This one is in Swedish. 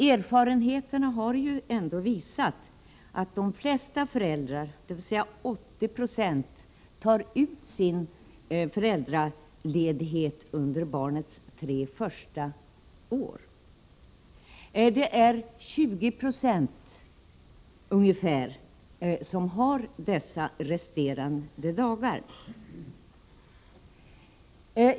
Erfarenheterna har ändå visat att de flesta föräldrar, 80 96, tar ut sin föräldraledighet under barnets tre första år. Det är 20 90 ungefär som har resterande dagar.